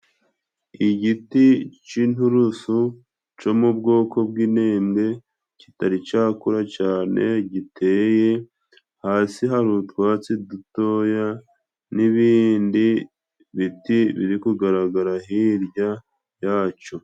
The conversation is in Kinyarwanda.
Igiti c'inturusu co mu bwoko bw'intende kitari cyakura cane giteye, hasi hari utwatsi dutoya n'ibindi biti biri kugaragara hirya yacyo.